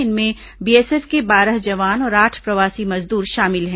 इनमें बीएसएफ के बारह जवान और आठ प्रवासी मजदूर शामिल हैं